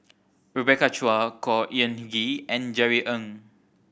Rebecca Chua Khor Ean Ghee and Jerry Ng